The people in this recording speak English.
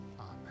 amen